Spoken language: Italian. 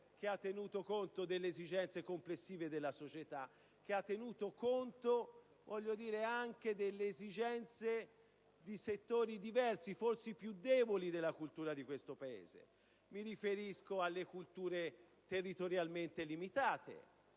ha tenuto conto delle esigenze complessive della società ed anche delle esigenze di settori diversi, forse i più deboli della cultura di questo Paese. Mi riferisco alle culture territorialmente limitate